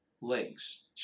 links